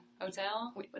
hotel